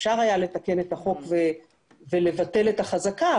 אפשר היה לתקן את החוק ולבטל את החזקה,